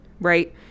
Right